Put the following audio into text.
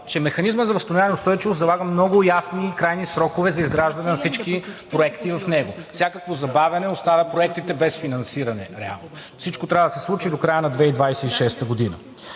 че Механизмът за възстановяване и устойчивост залага много ясни и крайни срокове за изграждане на всички проекти в него. Всякакво забавяне реално оставя проектите без финансиране. Всичко трябва да се случи до края на 2026 г.